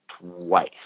twice